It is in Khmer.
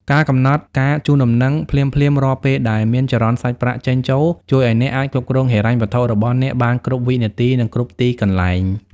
ការកំណត់ការជូនដំណឹង ភ្លាមៗរាល់ពេលដែលមានចរន្តសាច់ប្រាក់ចេញចូល ជួយឱ្យអ្នកអាចគ្រប់គ្រងហិរញ្ញវត្ថុរបស់អ្នកបានគ្រប់វិនាទី និងគ្រប់ទីកន្លែង។